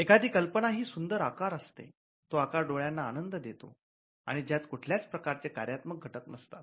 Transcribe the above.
एखादी कल्पना ही सुंदर आकार असते तो आकार डोळ्यांना आनंद देतो आणि ज्यात कुठल्याच प्रकारचे कार्यात्मक घटक नसतात